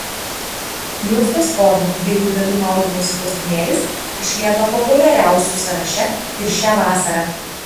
juostos formos dviejų dalių maudymosi kostiumėlis išlieka populiariausių sąraše ir šią vasarą